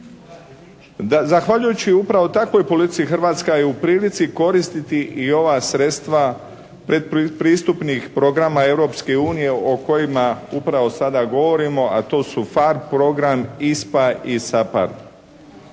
Zahvaljujući upravo takvoj politici Hrvatska je u prilici koristiti i ova sredstva pretpristupnih programa Europske unije o kojima upravo sada govorimo a to su PHAR program, ISPA i SAPARD.